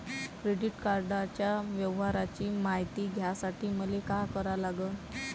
Credit कार्डाच्या व्यवहाराची मायती घ्यासाठी मले का करा लागन?